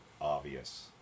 obvious